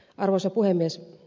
arvoisa puhemies